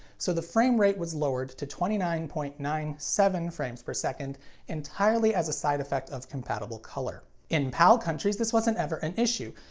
so the frame rate was lowered to twenty nine point nine seven frames per second entirely as a side-effect of compatible color. in pal countries, this wasn't ever an issue.